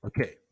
okay